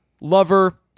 Lover